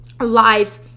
life